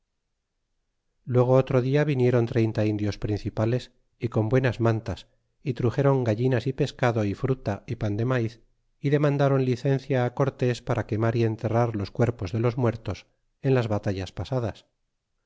luego otro dia viniéron treinta indios principales y con buenas mantas y truxéron gallinas y pescado y fruta y pan de maiz y demandaron licencia cortés para quemar y enterrar los cuerpos de los muertos en las batallas pasadas